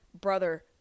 brother